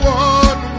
one